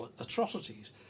atrocities